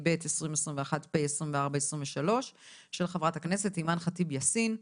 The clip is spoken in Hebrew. תשפ"ב-2021 פ/2423 של חברת הכנסת אימאן ח'טיב יאסין,